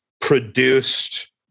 produced